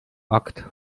akt